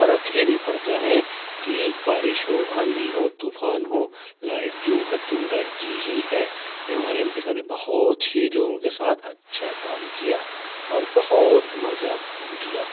فرق ہی نہیں پڑتا ہے کہ بارش ہو آندھی ہو طوفان ہو لائٹ جوں کا توں رہتی ہی ہے یہ ہمارے ایم پی صاحب نے بہت ہی لوگوں کے ساتھ اچھا کام کیا اور بہت مزہ کا کام کیا